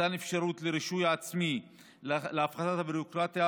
מתן אפשרות לרישוי עצמי להפחתת הביורוקרטיה